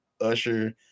Usher